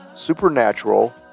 supernatural